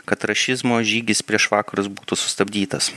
kad rašizmo žygis prieš vakarus būtų sustabdytas